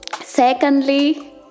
secondly